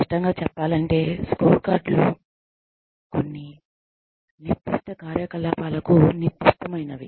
స్పష్టంగా చెప్పాలంటే స్కోర్కార్డు లు కొన్ని నిర్దిష్ట కార్యకలాపాలకు నిర్దిష్టమైనవి